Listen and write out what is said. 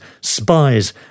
spies